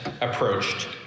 approached